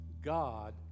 God